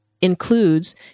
includes